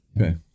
Okay